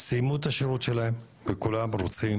סיימו את השירות שלהם וכולם רוצים